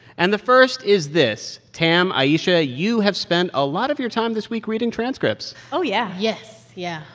and the first is this. tam, ayesha, you have spent a lot of your time this week reading transcripts oh, yeah yes. yeah,